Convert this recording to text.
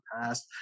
past